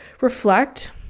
reflect